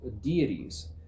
deities